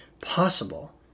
possible